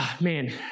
man